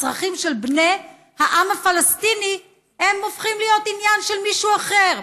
הצרכים של בני העם הפלסטיני הופכים להיות עניין של מישהו אחר,